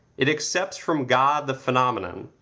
it accepts from god the phenomenon,